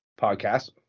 podcast